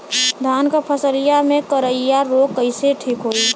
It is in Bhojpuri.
धान क फसलिया मे करईया रोग कईसे ठीक होई?